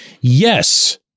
yes